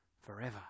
forever